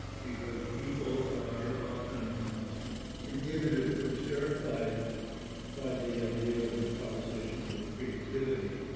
because people are often inhibited or terrified by the idea of improvisation or creativity.